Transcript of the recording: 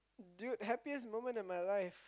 dude happiest moment in my life